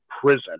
prison